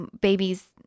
babies